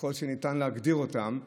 ככל שאפשר להגדיר אותן כך.